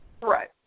Right